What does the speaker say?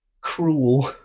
cruel